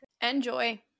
Enjoy